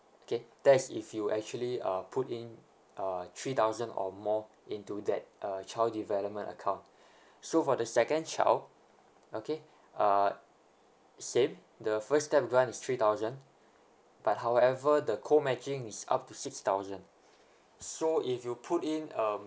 okay that is if you actually uh put in uh three thousand or more into that uh child development account so for the second child okay uh same the first step grant is three thousand but however the co matching is up to six thousand so if you put in um